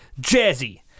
Jazzy